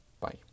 bye